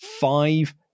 five